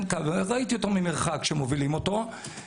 ראיתי ממרחק שמובילים אותו.